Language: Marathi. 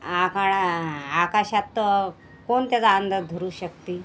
आभाळा आकाशात कोण त्याचा अंदाज धरू शकते